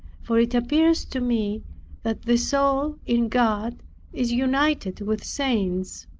for it appears to me that the soul in god is united with saints,